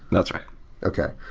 that's right okay.